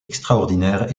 extraordinaire